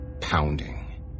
pounding